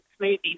smoothies